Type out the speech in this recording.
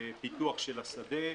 פיתוח של השדה,